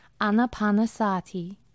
anapanasati